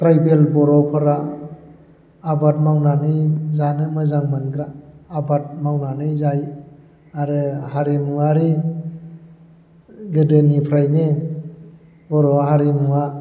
tribal बर'फोरा आबाद मावनानै जानो मोजां मोनग्रा आबाद मावनानै जायो आरो हारिमुवारि गोदोनिफ्रायनो बर' हारिमुवा